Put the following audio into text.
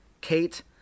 kate